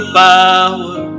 power